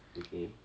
okay